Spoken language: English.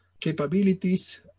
capabilities